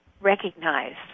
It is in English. recognized